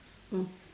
mm